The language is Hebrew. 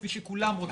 כפי שכולם רוצים.